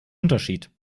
unterschied